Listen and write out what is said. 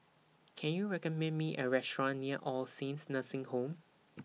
Can YOU recommend Me A Restaurant near All Saints Nursing Home